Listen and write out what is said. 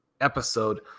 episode